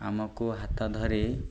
ଆମକୁ ହାତ ଧରେଇ